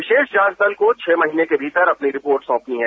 विशेष जांच दल को छह महीने के भीतर अपनी रिपोर्ट सौंपनी है